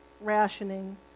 rationing